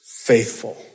faithful